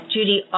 Judy